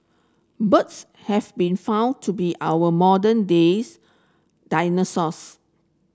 birds have been found to be our modern days dinosaurs